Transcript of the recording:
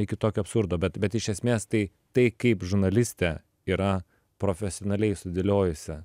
iki tokio absurdo bet bet iš esmės tai tai kaip žurnalistė yra profesionaliai sudėliojusi